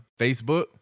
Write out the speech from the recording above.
Facebook